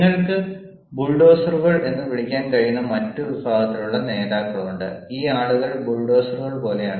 നിങ്ങൾക്ക് ബൾഡോസറുകൾ എന്ന് വിളിക്കാൻ കഴിയുന്ന മറ്റ് വിഭാഗത്തിലുള്ള നേതാക്കളുണ്ട് ഈ ആളുകൾ ബൾഡോസറുകൾ പോലെയാണ്